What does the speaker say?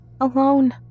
alone